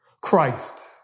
Christ